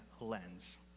lens